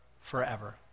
forever